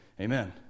Amen